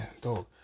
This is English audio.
dog